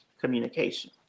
communication